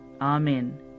Amen